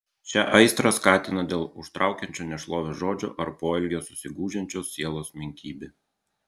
šią aistrą skatina dėl užtraukiančio nešlovę žodžio ar poelgio susigūžiančios sielos menkybė